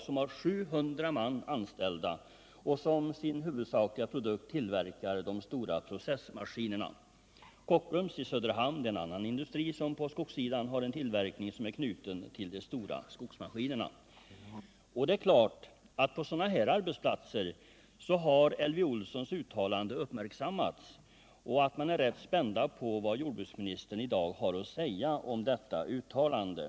som har 700 anställda och som huvudsakligen tillverkar de stora processmaskinerna. Kockums i Söderhamn är en annan industri som på skogssidan har en tillverkning som är knuten till de stora skogsmaskinerna. Det är klart att på sådana här arbetsplatser har Elvy Olssons uttalande uppmärksammats, och man är rätt spänd på vad jordbruksministern i dag har att säga om detta uttalande.